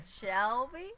Shelby